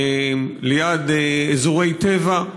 ליד אזורי טבע.